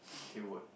can work